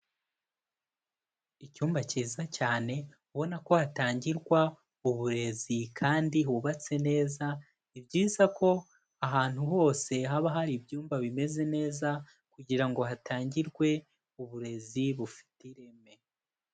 Icyumba cyiza cyane ubona ko hatangirwa uburezi kandi hubatse neza, ni byiza ko ahantu hose haba hari ibyumba bimeze neza kugira ngo hatangirwe uburezi bufite ireme.